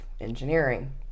engineering